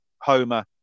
Homer